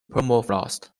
permafrost